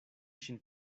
ŝin